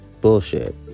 Bullshit